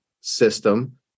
system